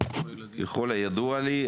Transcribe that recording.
ככל הידוע לי,